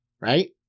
Right